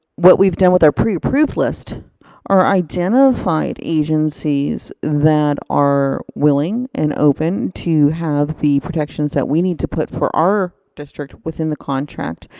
what we've done with our preapproved list are identified agencies that are willing and open to have the protections that we need to put for our district, within the contract.